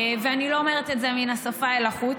ואני לא אומרת את זה מהשפה אל החוץ.